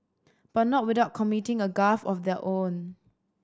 but not without committing a gaffe of their own